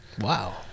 wow